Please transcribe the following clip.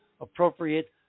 appropriate